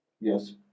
Yes